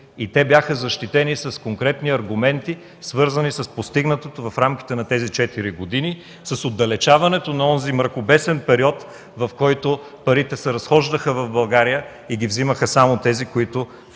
и те бяха защитени с конкретни аргументи, свързани с постигнатото в рамките на тези четири години, с отдалечаването на онзи мракобесен период, в който парите се разхождаха в България и ги вземаха само тези, които